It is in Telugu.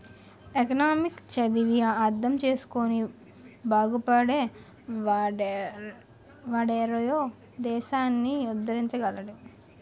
ఎకనామిక్స్ చదివి అర్థం చేసుకుని బాగుపడే వాడేరోయ్ దేశాన్ని ఉద్దరించగలడు